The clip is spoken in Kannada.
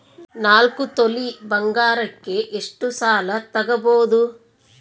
ನಾಲ್ಕು ತೊಲಿ ಬಂಗಾರಕ್ಕೆ ಎಷ್ಟು ಸಾಲ ತಗಬೋದು?